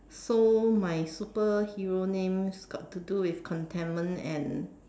so my superhero names got to do with contentment and